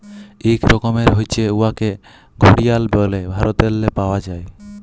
ইক রকমের হছে উয়াকে ঘড়িয়াল ব্যলে ভারতেল্লে পাউয়া যায়